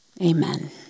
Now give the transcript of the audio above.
Amen